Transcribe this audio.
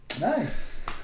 Nice